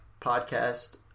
podcast